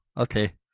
Okay